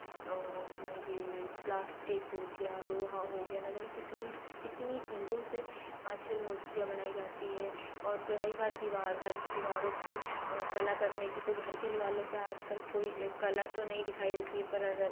अपना यह प्लास्टिक हो गया लोहा हो गया न जाने कितनी कितनी चीज़ों से आज कल मूर्तियाँ बनाई जाती हैं और ग रही बात दीवा घर की दीवारों पर कला करने की तो घर के दीवारों पर आज कल कोई कला तो नहीं दिखाई देती है पर